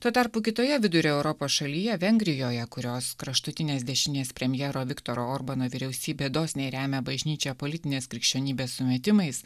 tuo tarpu kitoje vidurio europos šalyje vengrijoje kurios kraštutinės dešinės premjero viktoro orbano vyriausybė dosniai remia bažnyčią politinės krikščionybės sumetimais